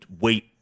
wait